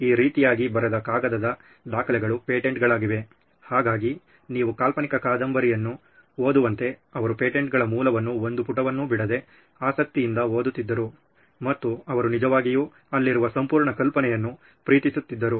ಈ ರೀತಿಯಾಗಿ ಬರೆದ ಕಾಗದದ ದಾಖಲೆಗಳು ಪೇಟೆಂಟ್ಗಳಾಗಿವೆ ಹಾಗಾಗಿ ನೀವು ಕಾಲ್ಪನಿಕ ಕಾದಂಬರಿಯನ್ನು ಓದುವಂತೆ ಅವರು ಪೇಟೆಂಟ್ಗಳ ಮೂಲವನ್ನು ಒಂದು ಪುಟವನ್ನು ಬಿಡದೆ ಆಸಕ್ತಿಯಿಂದ ಓದುತ್ತಿದ್ದರು ಮತ್ತು ಅವರು ನಿಜವಾಗಿಯೂ ಅಲ್ಲಿರುವ ಸಂಪೂರ್ಣ ಕಲ್ಪನೆಯನ್ನು ಪ್ರೀತಿಸುತ್ತಿದ್ದರು